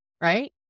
Right